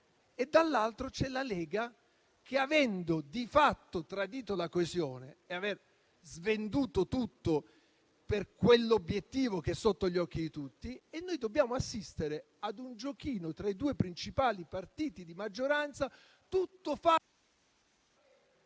e dall'altro c'è la Lega, che ha di fatto tradito la coesione e svenduto tutto per quell'obiettivo che è sotto gli occhi di tutti. Dobbiamo, insomma, assistere a un giochino tra i due principali partiti di maggioranza...